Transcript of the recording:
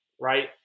Right